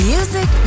Music